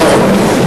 אחרון.